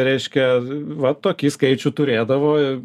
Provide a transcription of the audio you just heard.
reiškia va tokį skaičių turėdavo